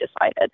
decided